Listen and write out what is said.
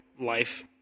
life